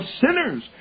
sinners